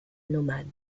nomades